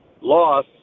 loss